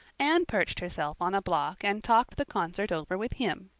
anne perched herself on a block and talked the concert over with him,